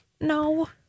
No